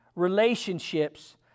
Relationships